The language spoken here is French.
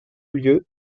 lieu